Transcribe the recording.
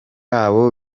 abo